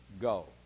go